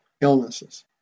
illnesses